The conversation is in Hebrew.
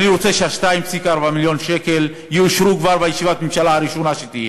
אני רוצה ש-2.4 מיליארד השקל יאושרו כבר בישיבת הממשלה הראשונה שתהיה,